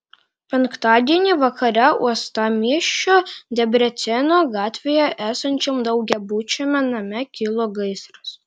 penktadienį vakare uostamiesčio debreceno gatvėje esančiam daugiabučiame name kilo gaisras